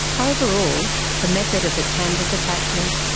overall, the method of the canvas attachment,